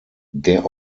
der